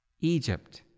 Egypt